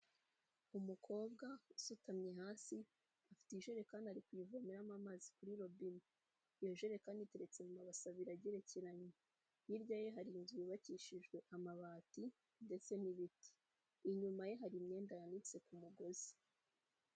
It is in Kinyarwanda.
Umukobwa usutamye hasi afite injerekani kandi ari kuyivomeramo amazi kuri robine, yujere kandi iteretse mu mabasi abiri agerekeranye, hirya ye hari inzu yubakishijwe amabati ndetse n'ibiti, inyuma ye hari imyenda yanitse ku mugozi.